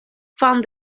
fan